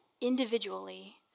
individually